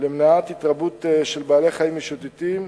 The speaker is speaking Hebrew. למניעת התרבות של בעלי-חיים משוטטים,